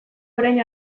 orain